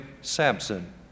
Samson